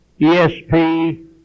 ESP